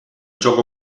gioco